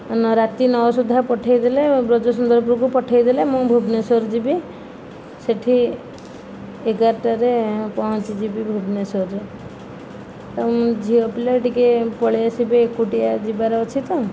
ରାତି ନଅ ସୁଦ୍ଧା ପଠେଇଦେଲେ ବ୍ରଜସୁନ୍ଦରପୁରକୁ ପଠେଇଦେଲେ ମୁଁ ଭୁବନେଶ୍ୱର ଯିବି ସେଇଠି ଏଗାରଟାରେ ପହଞ୍ଚିଯିବି ଭୁବନେଶ୍ୱରରେ ତ ମୁଁ ଝିଅପିଲା ଟିକିଏ ପଳେଇ ଆସିବେ ଏକୁଟିଆ ଯିବାର ଅଛି ତ